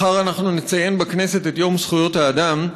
מחר אנחנו נציין בכנסת את יום זכויות האדם,